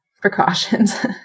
precautions